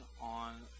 on